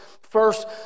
first